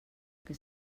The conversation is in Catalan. que